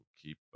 Keep